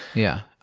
yeah.